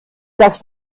das